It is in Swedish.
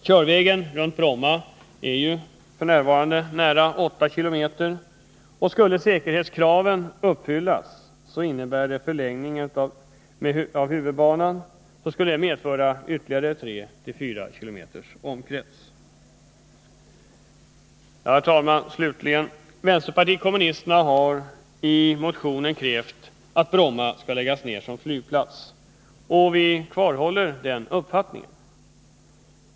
Körvägen runt Bromma är f. n. nära 8 kilometer, och skulle säkerhetskraven uppfyllas innebär det en förlängning av huvudbanan som skulle medföra att omkretsen blev ytterligare 3-4 kilometer. Slutligen, herr talman: Vpk har i motioner krävt att Bromma skall läggas ned som flygplats, och vi vidhåller den uppfattningen.